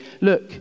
look